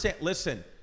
listen